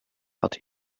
but